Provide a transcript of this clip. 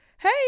hey